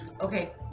Okay